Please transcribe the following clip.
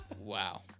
Wow